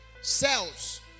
cells